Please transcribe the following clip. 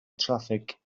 traffig